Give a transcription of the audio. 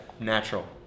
natural